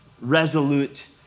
resolute